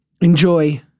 enjoy